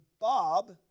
Bob